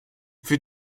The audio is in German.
für